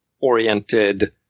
oriented